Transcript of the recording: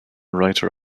writer